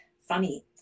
funny